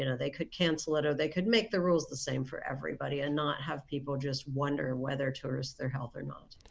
you know they could cancel it or they could make the rules the same for everybody and not have people just wonder whether to risk their health or not.